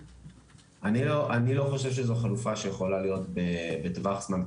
אני לא חושב שזו חלופה שיכולה להיות בטווח זמן קצר,